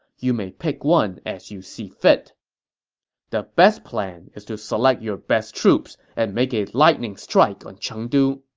you may pick one as you see fit the best plan is to select your best troops and make a lightning strike on chengdu.